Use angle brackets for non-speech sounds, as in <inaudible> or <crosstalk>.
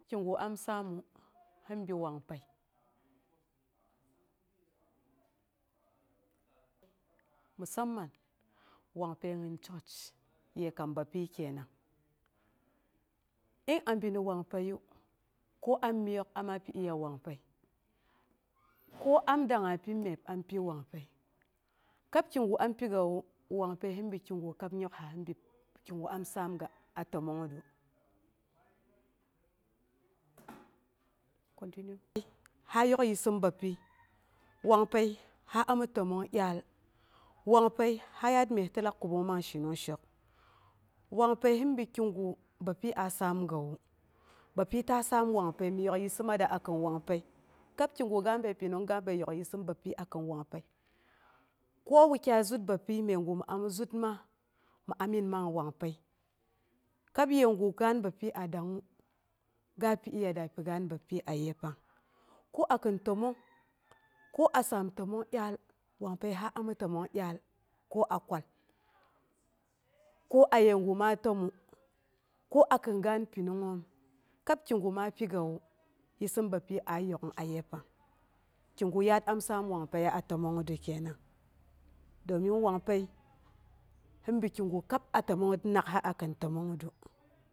Kigu am saamu si bi wangpəi. Musamman wanpəi gin churah, ye kam bapyi kenang. In a bi ni wang pəiya ko am miok, ama pi iya wangpəi, ko am dangnga pyi byeb, am pyi wangpəi, kab kigu am pigawu wangnəi sibi kigu am yoksa hi bi kigu am saamga a təmongngəbru. <noise> ha yok yissɨm bapyi, wangpəi ha ami təmong dyaal, wangpəi ha yaar myes tɨ lak təmong man shinung shok. Wangpəi shin bi kigu bapyi a saamgawu. Bapyi ta saam wangpəi, mi yok yissɨmassa a kin wangpəi. kab kigu ga bəi pinungnga gu bim yok yissim bapyi a kin wangpəi. Ko wukyai zut bapyi məigu mi ami zatma, mi amiin man wangpəi. Kab yegu gaan bapyi a ɗangngu ga pi iya da pi gaan bapyi a yepandi ko a kin təmong, ko a saam təmong dyaal wangpai sa ami təmong dyaal. Ko a kwal, ko ayegu ma təmu ko a kin gaan pinungngoom kab kigu ma pigama, yissin bapyi aa yok'ung a yepang. kigu yaat am saam wangpəiya a təmongngətru kenang. Domin wang pəi him bi kigu kəb a təmongngət naa'ha akin təmongngətru.